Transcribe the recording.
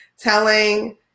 Telling